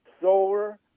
solar